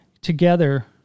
together